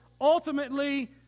ultimately